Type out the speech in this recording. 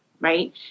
right